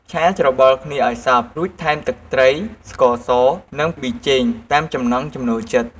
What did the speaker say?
ឆាច្របល់គ្នាឱ្យសព្វ រួចថែមទឹកត្រី ស្ករស និងប៊ីចេងតាមចំណង់ចំណូលចិត្ត។